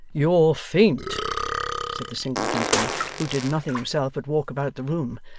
you're faint said the single gentleman, who did nothing himself but walk about the room.